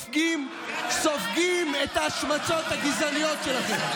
סופגים את ההשמצות הגזעניות שלכם.